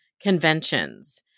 conventions